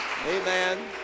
Amen